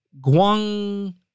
Guang